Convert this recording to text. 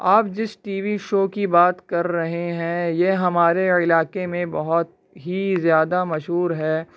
آپ جس TV show کی بات کر رہے ہیں یہ ہمارے علاقے میں بہت ہی زیادہ مشہور ہے